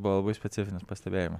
buvo labai specifinis pastebėjimas